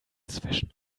zwischen